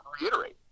reiterate